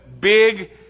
big